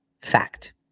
fact